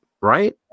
right